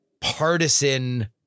partisan